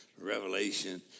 revelation